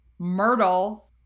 Myrtle